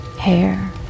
hair